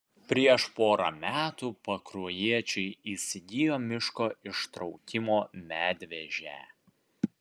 prieš pora metų pakruojiečiai įsigijo miško ištraukimo medvežę